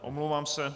Omlouvám se.